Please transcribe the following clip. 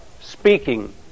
speaking